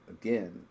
again